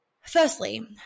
Firstly